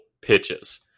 pitches